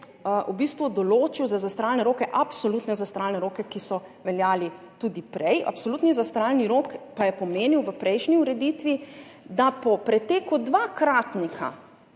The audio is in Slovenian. absolutne zastaralne roke, ki so veljali tudi prej. Absolutni zastaralni rok pa je pomenil v prejšnji ureditvi, da po preteku dvakratnika